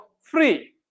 free